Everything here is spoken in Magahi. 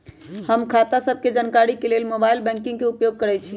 हम खता सभके जानकारी के लेल मोबाइल बैंकिंग के उपयोग करइछी